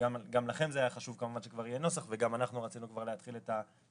גם לכם זה היה חשוב שכבר יהיה נוסח וגם אנחנו רצינו כבר להתחיל את השיח,